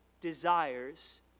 desires